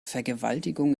vergewaltigung